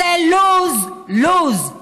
זה lose-lose.